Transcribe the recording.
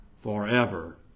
forever